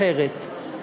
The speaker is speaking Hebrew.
אחרת.